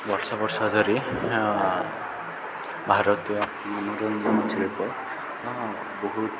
ବର୍ଷ ବର୍ଷ ଧରି ଭାରତୀୟ ମନୋରଞ୍ଜନ ଶିଳ୍ପ ବହୁତ